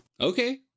Okay